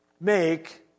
make